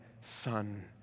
son